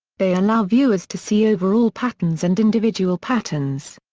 they allow viewers to see overall patterns and individual patterns.